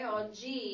oggi